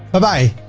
bye-bye.